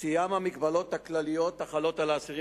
סטייה מהמגבלות הכלליות החלות על האסירים